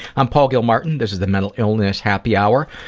i'm paul gilmartin. this is the mental illness happy hour,